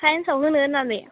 साइन्सआव होनो होननानै